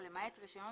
ולמעט רישיון